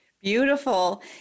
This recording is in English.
Beautiful